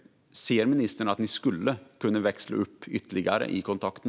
Ser ministern att ni kan växla upp ytterligare i kontakten?